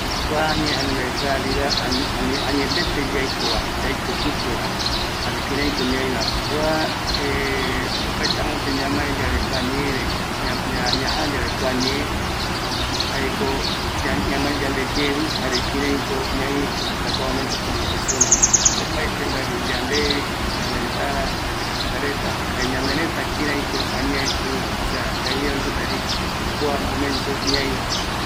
Kua ñee jaenungavi realidad, añetete yaiko va, yaiko pïpeva, jare kïräiko laiva, kua opaete amope ñamae yave kua ñeere, ñajaa yave kua ñee, jaeko ñamae yandeyevi, jare kiraiko ñai hasta kua momento como persona, opaete mbae rupi yande, ñaneretärä, yande rapisa reta, ani ñanereta kiraiko añae öiva, osea realidad oipota jei kua momento ñaivape.